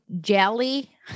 jelly